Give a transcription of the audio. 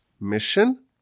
mission